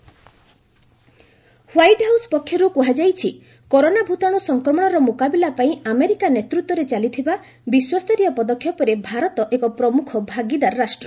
corona India group White House ପକ୍ଷରୁ କୁହାଯାଇଛି corona ଭୂତାଣୁ ସଂକ୍ରମଣର ମୁକାବିଲା ପାଇଁ ଆମେରିକା ନେତୃତ୍ୱରେ ଚାଲିଥିବା ବିଶ୍ୱସ୍ତରୀୟ ପଦକ୍ଷେପରେ ଭାରତ ଏକ ପ୍ରମୁଖ ଭାଗିଦାର ରାଷ୍ଟ୍ର